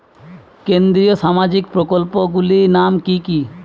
কেন্দ্রীয় সামাজিক প্রকল্পগুলি নাম কি কি?